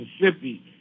Mississippi